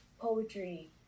poetry